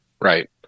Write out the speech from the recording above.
Right